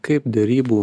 kaip derybų